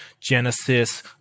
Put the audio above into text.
Genesis